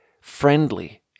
friendly